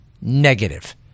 Negative